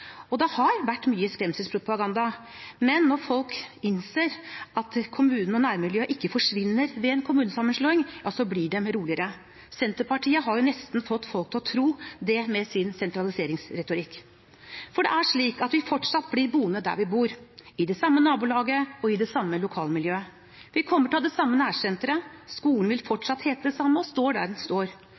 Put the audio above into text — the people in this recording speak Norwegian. Det har også vært mye skremselspropaganda, men når folk innser at kommunen og nærmiljøet ikke forsvinner ved en kommunesammenslåing, så blir de roligere. Senterpartiet har jo nesten fått folk til å tro det med sin sentraliseringsretorikk. Det er slik at vi fortsatt blir boende der vi bor, i det samme nabolaget og i det samme lokalmiljøet. Vi kommer til å ha det samme nærsenteret, skolen vil fortsatt hete det samme og stå der den står.